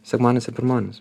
sekmadienis ir pirmadienis